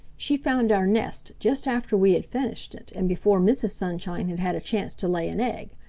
she found our nest just after we had finished it and before mrs. sunshine had had a chance to lay an egg.